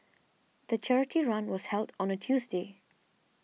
the charity run was held on a Tuesday